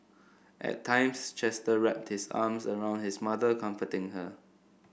at times Chester wrapped his arms around his mother comforting her